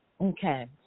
Okay